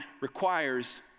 requires